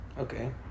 Okay